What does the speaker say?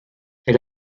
elle